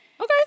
Okay